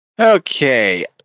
Okay